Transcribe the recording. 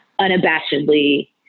unabashedly